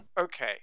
Okay